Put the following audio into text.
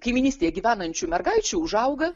kaimynystėje gyvenančių mergaičių užauga